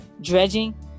dredging